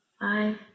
five